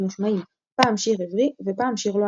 מושמעים פעם שיר עברי ופעם שיר לועזי.